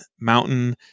Mountain